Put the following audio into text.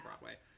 Broadway